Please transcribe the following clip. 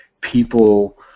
people